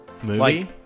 Movie